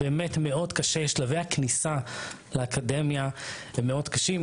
שלבי הכניסה לאקדמיה הם מאוד קשים,